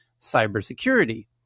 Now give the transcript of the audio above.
cybersecurity